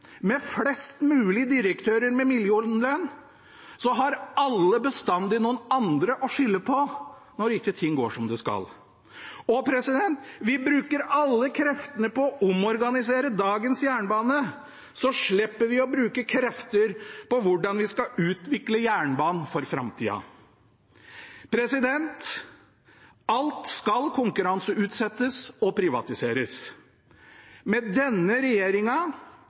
med flest mulig direktører med millionlønn, så har alle bestandig noen andre å skylde på når ikke ting går som det skal. Og: Vi bruker alle kreftene på å omorganisere dagens jernbane, så slipper vi å bruke krefter på hvordan vi skal utvikle jernbanen for framtida. Alt skal konkurranseutsettes og privatiseres. Med denne